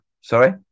Sorry